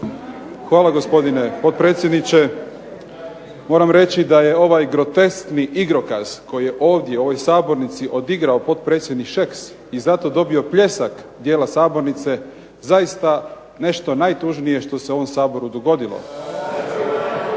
Hvala gospodine potpredsjedniče. Moram reći da je ovaj groteskni igrokaz koji je ovdje u ovoj sabornici odigrao potpredsjednik Šeks i zato dobio pljesak dijela sabornice zaista nešto najtužnije što se u ovom Saboru dogodilo.